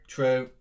True